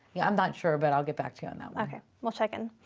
i'm not sure, but i'll get back to you on that one. okay. we'll check in.